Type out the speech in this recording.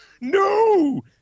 no